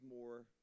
more